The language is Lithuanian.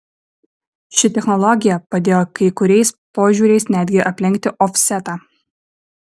ši technologija padėjo kai kuriais požiūriais netgi aplenkti ofsetą